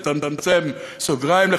לצמצם סוגריים,